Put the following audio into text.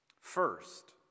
First